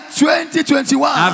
2021